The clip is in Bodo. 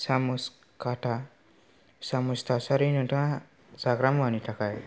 सामुस काटा सामुस थासारि नोंथाङा जाग्रा मुवानि थाखाय